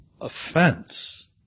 offense